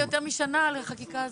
אנחנו מדברים יותר משנה על החקיקה הזאת.